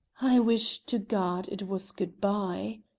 i wish to god it was good-bye!